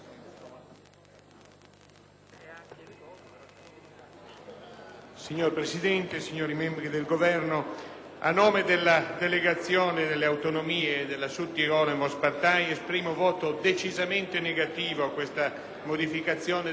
Signor Presidente, signori membri del Governo, a nome della delegazione delle Autonomie e della Südtiroler Volkspartei, esprimo voto decisamente negativo a questa modificazione della legge n. 18 del 1979.